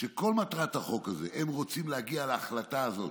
שכל מטרת החוק הזה היא שהם רוצים להגיע להחלטה הזאת.